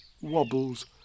wobbles